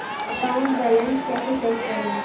Account balance कैसे check करें?